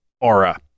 aura